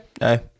No